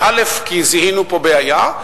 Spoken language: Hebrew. כי זיהינו פה בעיה,